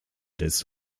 des